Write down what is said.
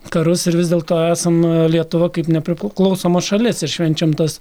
karus ir vis dėlto esam lietuva kaip nepriklausoma šalis ir švenčiam tas